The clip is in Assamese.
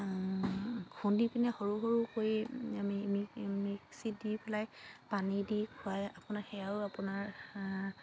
খুন্দি পিনে সৰু সৰু কৰি আমি মিক্সিত দি পেলাই পানী দি খুৱাই আপোনাৰ সেয়াও আপোনাৰ